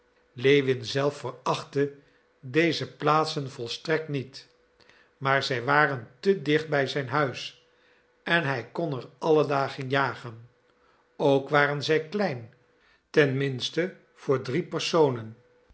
lewin zelf verachtte deze plaatsen volstrekt niet maar zij waren te dicht bij zijn huis en hij kon er alle dagen jagen ook waren zij klein ten minste voor drie personen